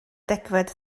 degfed